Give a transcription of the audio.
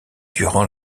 durant